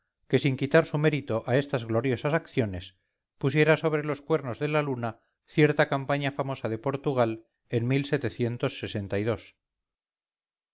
que sin quitar su mérito a estas gloriosas acciones pusiera sobre los cuernos de la luna cierta campaña famosa de portugal en